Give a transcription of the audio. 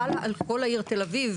חלה על כל העיר תל אביב,